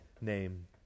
name